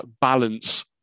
balance